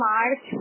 March